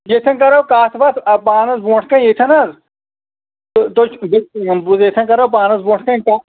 ییٚتین کرو کَتھ وَتھ پانَس برٛونٛٹھ کَنہِ ییٚتن حظ تہٕ کرو پانَس برٛونٛٹھ کَنہِ